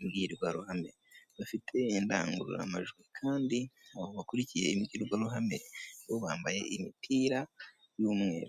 imbwirwaruhame, bafite indangururamajwi kandi abo bakurikiye imbwirwaruhame, bo bambaye imipira y'umweru.